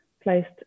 placed